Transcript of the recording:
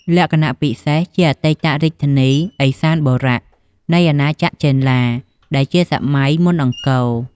លក្ខណៈពិសេស ជាអតីតរាជធានី ឦសានបុរៈ នៃអាណាចក្រចេនឡា ដែលជាសម័យមុនអង្គរ។